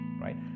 right